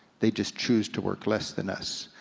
they just choose to work less than us.